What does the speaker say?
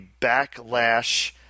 backlash